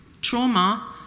trauma